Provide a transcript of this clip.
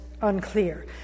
unclear